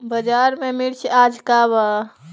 बाजार में मिर्च आज का बा?